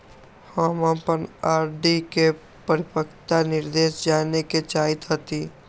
हम अपन आर.डी के परिपक्वता निर्देश जाने के चाहईत हती